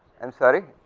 am sorry,